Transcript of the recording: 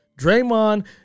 Draymond